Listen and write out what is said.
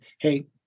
hey